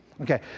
Okay